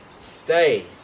Stay